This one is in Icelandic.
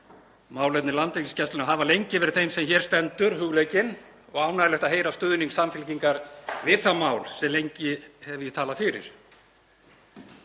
Málefni Landhelgisgæslunnar hafa lengi verið þeim sem hér stendur hugleikin og ánægjulegt að heyra stuðning Samfylkingarinnar við það mál sem ég hef lengi talað fyrir.